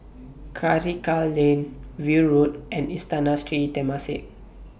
Karikal Lane View Road and Istana Sri Temasek